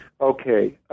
Okay